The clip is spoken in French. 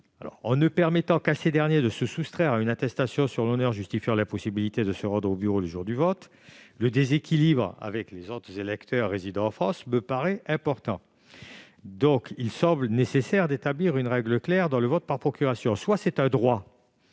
En ne permettant qu'à ces derniers de se soustraire à une attestation sur l'honneur justifiant « l'impossibilité de se rendre au bureau le jour du vote », le déséquilibre avec les électeurs résidant en France me paraît important. Aussi, il semble nécessaire d'établir une règle claire dans le vote par procuration : soit c'est un droit